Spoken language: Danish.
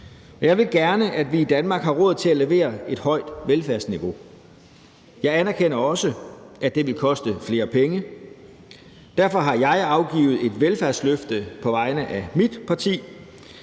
jeg vil gerne, at vi i Danmark har råd til at levere et højt velfærdsniveau. Jeg anerkender også, at det vil koste flere penge. Derfor har jeg afgivet et velfærdsløfte på vegne af mit parti.